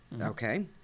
Okay